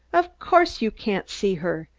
of course you can't see her!